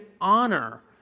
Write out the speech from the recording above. honor